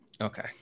Okay